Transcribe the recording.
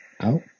out